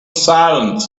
silent